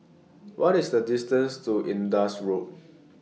What IS The distance to Indus Road